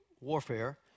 warfare